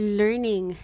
learning